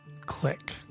click